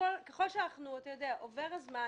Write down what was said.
ככל שעובר הזמן